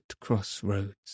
crossroads